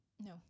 No